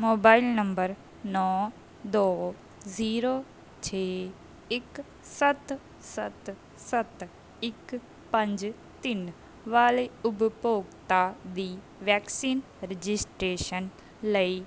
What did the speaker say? mobile number ਨੌਂ ਦੋ zero ਛੇ ਇੱਕ ਸੱਤ ਸੱਤ ਸੱਤ ਇੱਕ ਪੰਜ ਤਿੰਨ ਵਾਲੇ ਉਬਭੋਗਤਾ ਦੀ ਵੈਕਸੀਨ ਰਜਿਸਟ੍ਰੇਸ਼ਨ ਲਈ